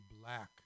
black